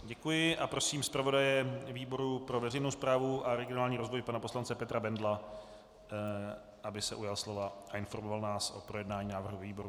Děkuji a prosím zpravodaje výboru pro veřejnou správu a regionální rozvoj pana poslance Petra Bendla, aby se ujal slova a informoval nás o projednání návrhu ve výboru.